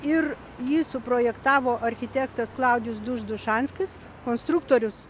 ir jį suprojektavo architektas klaudijus duš dušanskis konstruktorius